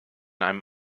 einem